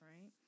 right